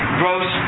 gross